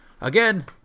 Again